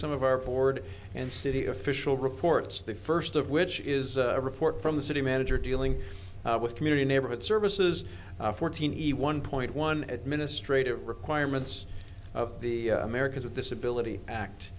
some of our forward and city official reports the first of which is a report from the city manager dealing with community neighborhood services fourteen he one point one administrative requirements of the americans with disability act